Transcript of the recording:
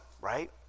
right